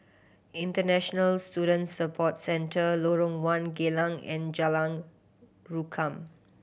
International Student Support Centre Lorong One Geylang and Jalan Rukam